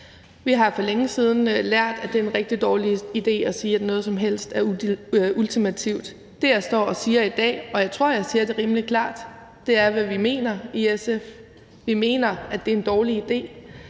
Vi har for længe siden lært, at det er en rigtig dårlig idé at sige, at noget som helst er ultimativt. Det, jeg står og siger i dag – og jeg tror, at jeg siger det rimelig klart – er, hvad vi mener i SF. Vi mener, at det er en dårlig idé.